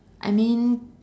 I mean